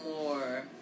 more